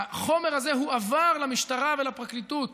החומר הזה הועבר למשטרה ולפרקליטות